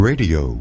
Radio